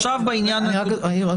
אני רק אעיר,